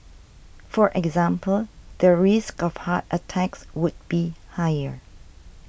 for example their risk of heart attacks would be higher